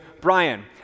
Brian